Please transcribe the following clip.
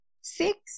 Six